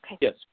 Yes